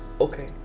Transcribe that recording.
okay